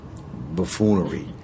buffoonery